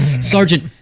Sergeant